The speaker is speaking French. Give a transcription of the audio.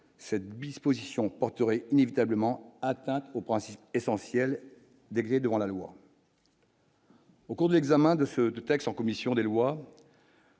7bis position porterait inévitablement atteinte aux principes essentiels devant la loi. Au cours de l'examen de ce texte en commission des lois.